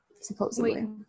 Supposedly